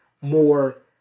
more